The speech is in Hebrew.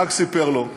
והנהג סיפר לו: